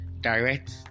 direct